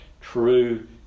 true